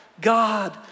God